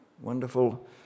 wonderful